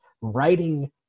writing